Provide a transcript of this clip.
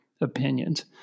opinions